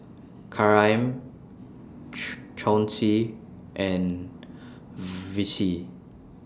Karyme Chauncey and Vicie